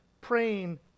praying